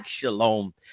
shalom